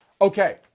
Okay